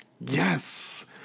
Yes